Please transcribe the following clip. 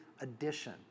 addition